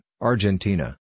Argentina